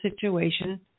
situation